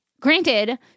Granted